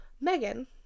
Megan